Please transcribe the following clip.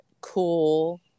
cool